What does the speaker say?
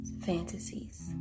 fantasies